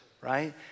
right